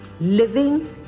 living